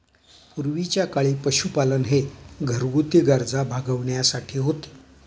पूर्वीच्या काळी पशुपालन हे घरगुती गरजा भागविण्यासाठी होते